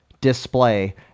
display